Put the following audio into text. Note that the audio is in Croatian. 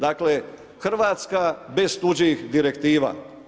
Dakle, Hrvatska bez tuđih direktiva.